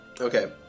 okay